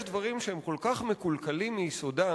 יש דברים שהם כל כך מקולקלים מיסודם,